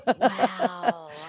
Wow